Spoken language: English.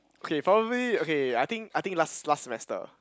okay probably okay I think I think last last semester